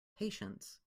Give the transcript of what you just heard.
patience